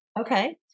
okay